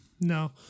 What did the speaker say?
No